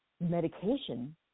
medication